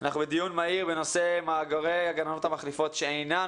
אנחנו בדיון מהיר בנושא מאגרי הגננות המחליפות שאינן